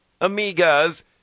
amigas